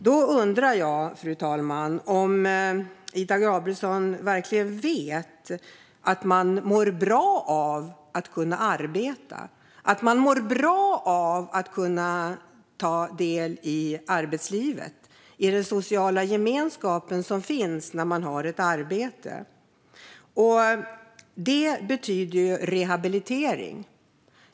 Då undrar jag, fru talman, om Ida Gabrielsson vet att man mår bra av att kunna arbeta och av att kunna ta del i arbetslivet och den sociala gemenskap som finns när man har ett arbete. Det betyder rehabilitering.